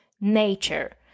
nature